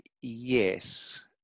yes